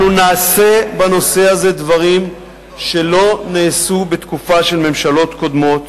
אנחנו נעשה בנושא הזה דברים שלא נעשו בתקופה של ממשלות קודמות,